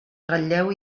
ratlleu